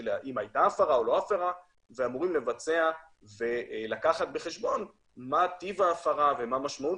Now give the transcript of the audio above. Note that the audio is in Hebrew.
האם הייתה הפרה או לא הייתה ולקחת בחשבון מה טיב ההפרה ומה משמעות